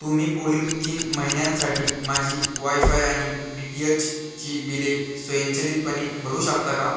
तुम्ही पुढील तीन महिन्यांसाठी माझी वायफाय आणि डी टी एचची बिले स्वयंचलितपणे भरू शकता का